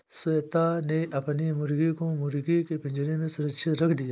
श्वेता ने अपनी मुर्गी को मुर्गी के पिंजरे में सुरक्षित रख दिया